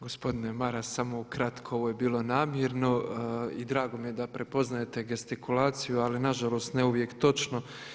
Gospodine Maras, samo ukratko, ovo je bilo namjerno i drago mi je da prepoznajete gestikulaciju ali nažalost ne uvijek točno.